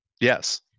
yes